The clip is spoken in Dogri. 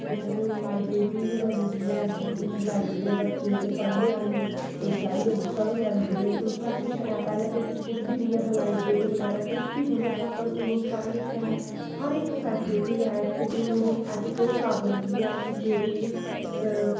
इत्थै ते हून लाईबरेरी बी बनी दी ऐ कन्नै उत्थै लाईबरेरी च बच्चे जेह्ड़े पढ़ने आह्ले न ओह् जाइयै बुक्कां बी लैंदे हून सब कुछ ऐ पैह्लें ते इत्थै कुछ बी नेंई ऐ हा लाईबरेरी बगैरा किश बी निं ऐ हा पर हून ओह् सारा किश ऐ हर इक फैसलिटी ऐ इत्थै कि हून ओह् ऐसी कोई प्राबलम निं ऐ कि जेह्ड़ी